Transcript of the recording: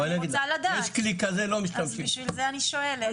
אז בשביל זה אני שואלת.